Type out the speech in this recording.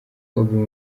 obi